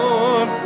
Lord